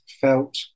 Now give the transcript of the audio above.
felt